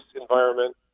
environment